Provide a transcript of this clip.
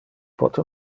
pote